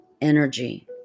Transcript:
energy